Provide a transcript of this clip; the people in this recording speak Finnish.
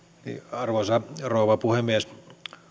arvoisa rouva puhemies